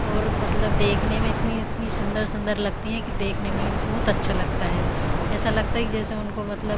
और मतलब देखने में इतनी इतनी सुन्दर सुन्दर लगती हैं कि देखने में भी बहुत अच्छा लगता है ऐसा लगता है कि जैसे उनको मतलब